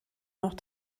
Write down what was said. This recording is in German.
noch